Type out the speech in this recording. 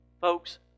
Folks